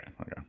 Okay